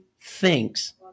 thinks